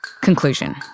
Conclusion